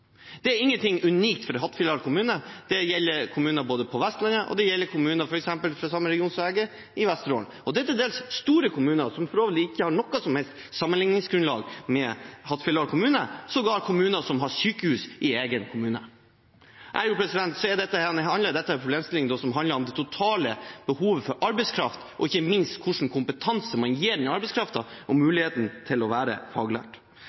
Det er ikke unikt for Hattfjelldal kommune. Det gjelder kommuner både på Vestlandet og f.eks. i den regionen jeg er fra, Vesterålen. Det er til dels store kommuner som ikke på noen måte kan sammenlignes med Hattfjelldal kommune, sågar kommuner som har sykehus i egen kommune. Ergo handler dette om det totale behovet for arbeidskraft, ikke minst hvilken kompetanse en gir denne arbeidskraften, og muligheten til å være faglært.